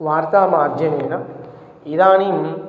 वार्तामाध्यमेन इदानीं